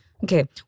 Okay